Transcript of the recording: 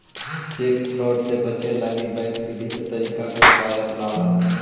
cheque fraud से बचे लगी बैंक विविध तरीका के उपाय अपनावऽ हइ